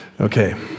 Okay